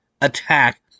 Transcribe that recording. attack